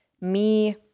me-